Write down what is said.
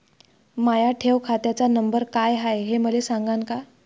माया ठेव खात्याचा नंबर काय हाय हे मले सांगान का?